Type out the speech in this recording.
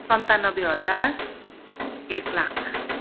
सन्तानब्बे हजार एक लाख